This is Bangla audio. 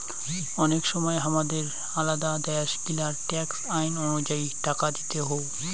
অনেক সময় হামাদের আলাদা দ্যাশ গিলার ট্যাক্স আইন অনুযায়ী টাকা দিতে হউ